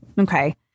Okay